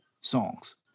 songs